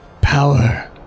power